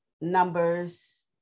Numbers